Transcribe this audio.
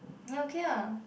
then okay ah